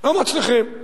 לא מצליחים.